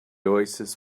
oasis